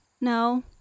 no